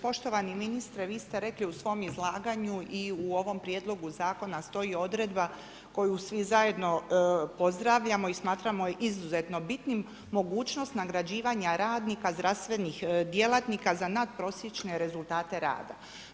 Poštovani ministre, vi ste rekli u svom izlaganju i u ovom Prijedlogu zakona stoji odredba koju svi zajedno pozdravljamo i smatramo izuzetno bitnim, mogućnost nagrađivanja radnika, zdravstvenih djelatnika za nadprosječne rezultate rada.